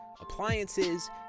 appliances